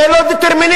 זה לא דטרמיניזם.